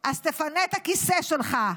אז תפנה את הכיסא שלך.